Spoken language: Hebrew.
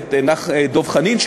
הכנסת דב חנין,